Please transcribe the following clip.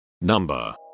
Number